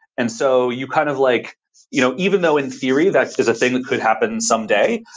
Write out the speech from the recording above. and so you kind of like you know even though in theory that is a thing that could happen someday.